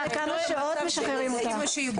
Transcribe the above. א"ת: אחרי כמה שעות משחררים אותה.